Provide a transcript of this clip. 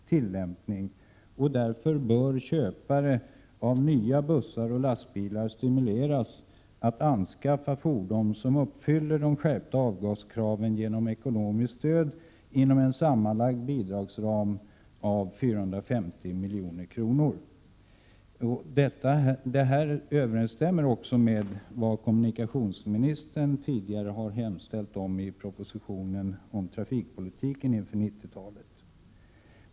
1987/88:134 Därför bör köpare av nya bussar och lastbilar stimuleras att anskaffa fordon som uppfyller de skärpta avgaskraven genom ett ekonomiskt stöd inom en sammanlagd bidragsram av 450 milj.kr. Detta överensstämmer med vad kommunikationsministern tidigare har hemställt om i propositionen om trafikpolitiken inför 1990-talet.